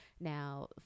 now